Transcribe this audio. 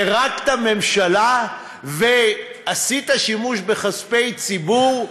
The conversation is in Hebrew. פירקת ממשלה ועשית שימוש בכספי ציבור,